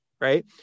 right